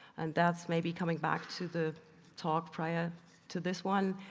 and that's maybe coming back to the talk prior to this one.